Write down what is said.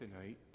tonight